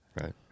right